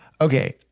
Okay